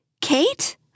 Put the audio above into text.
Kate